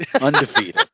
Undefeated